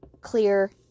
clear